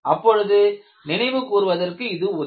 அப்பொழுது நினைவு கூர்வதற்கு இது உதவும்